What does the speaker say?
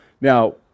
Now